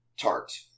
tart